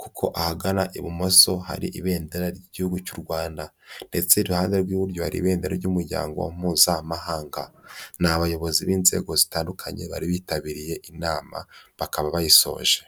Kuko ahagana ibumoso hari ibendera ry'Igihugu cy'u Rwanda ndetse iruhande rw'iburyo hari ibendera ry'Umuryango Mpuzamahanga. Ni abayobozi b'inzego zitandukanye bari bitabiriye inama bakaba bayisoje.